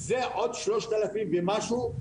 שזה עוד שלושת אלפים ומשהו,